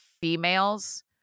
females